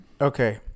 Okay